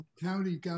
County